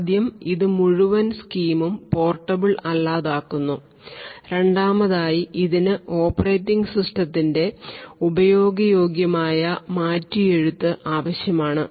ആദ്യം ഇത് മുഴുവൻ സ്കീമും പോർട്ടബിൾ അല്ലാത്തതാക്കുന്നു രണ്ടാമതായി ഇതിന് ഓപ്പറേറ്റിംഗ് സിസ്റ്റത്തിന്റെ ഉപയോഗയോഗ്യമായ മാറ്റിയെഴുത്ത് ആവശ്യമാണ്